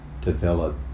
develop